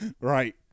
right